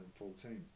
2014